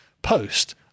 post